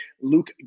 Luke